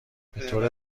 بطور